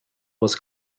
was